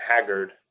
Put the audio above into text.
haggard